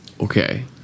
Okay